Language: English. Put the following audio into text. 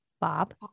bob